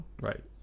right